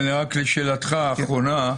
לשאלתך האחרונה,